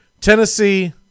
Tennessee